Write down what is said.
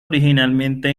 originalmente